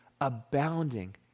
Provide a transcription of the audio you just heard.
abounding